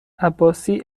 عباسی